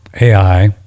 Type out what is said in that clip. AI